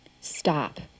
Stop